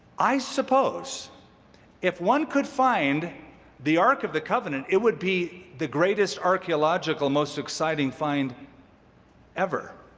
i suppose if one could find the ark of the covenant, it would be the greatest archaeological, most exciting find ever.